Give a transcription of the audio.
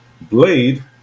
blade